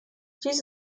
dies